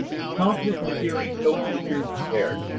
be confident and the hearing, go into the hearing prepared.